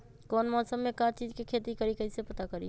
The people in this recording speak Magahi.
कौन मौसम में का चीज़ के खेती करी कईसे पता करी?